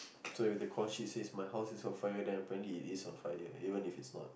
so if the call sheet says my house is on fire then apparently it is on fire even if is not